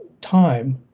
time